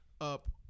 Up